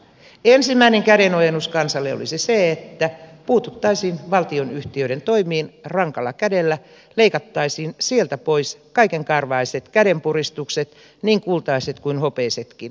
ensimmäinen kädenojennus kansalle olisi se että puututtaisiin valtionyhtiöiden toimiin rankalla kädellä leikattaisiin sieltä pois kaikenkarvaiset kädenpuristukset niin kultaiset kuin hopeisetkin